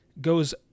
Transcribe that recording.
goes